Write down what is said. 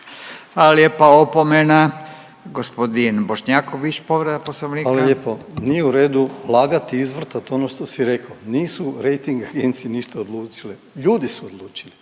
Hvala lijepa. Opomena. Gospodin Bošnjaković povreda Poslovnika. **Bošnjaković, Dražen (HDZ)** Hvala lijepa. Nije u redu lagati, izvrtati ono što si rekao. Nisu rejting agencije ništa odlučile, ljudi su odlučili,